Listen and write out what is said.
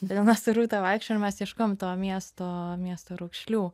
todėl mes su rūta vaikščiojom ir mes ieškom to miesto miesto raukšlių